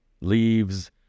Leaves